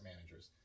managers